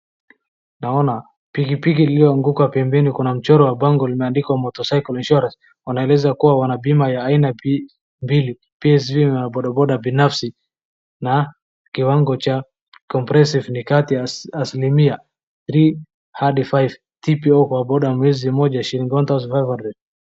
Naona pikipiki iliyoanguka pembeni, kuna mchoro wa bango limeandikwa motorcycle insurance wanaeleza kuwa wana bima ya aina mbili, Psv na bodaboda binafsi, na kiwango cha comprehensive nicatius asilimia three hadi five. TPO kwa boda ya mwezi mmoja ni shilingi 1500 .